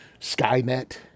Skynet